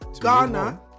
Ghana